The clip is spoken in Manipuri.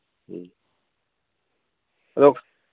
ꯎꯝ ꯑꯗꯣ